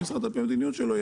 המשרד יענה לפי המדיניות שלו.